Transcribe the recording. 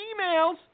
emails